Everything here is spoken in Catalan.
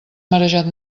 marejat